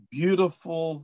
beautiful